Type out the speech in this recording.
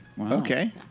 Okay